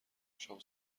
شام